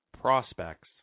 prospects